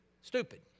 stupid